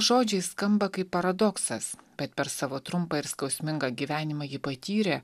žodžiai skamba kaip paradoksas bet per savo trumpą ir skausmingą gyvenimą ji patyrė